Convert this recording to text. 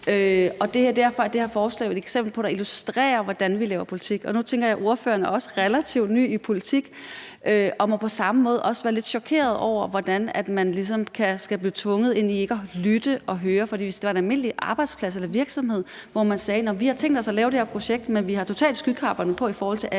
er det her forslag jo et eksempel på. Det illustrerer, hvordan vi laver politik. Ordføreren er jo også relativt ny i politik, og jeg tænker, at ordføreren på samme måde også være må være lidt chokeret over, hvordan man ligesom bliver tvunget ind i ikke at lytte og høre. For hvis det var en almindelig arbejdsplads eller virksomhed, hvor man sagde, at man havde tænkt sig at lave det her projekt, men at man totalt har skyklapper på i forhold til alle